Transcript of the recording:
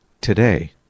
today